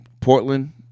Portland